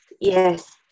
yes